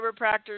chiropractors